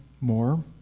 more